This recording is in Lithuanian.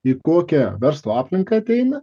į kokią verslo aplinką ateina